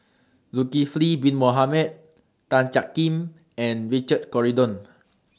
Zulkifli Bin Mohamed Tan Jiak Kim and Richard Corridon